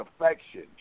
affection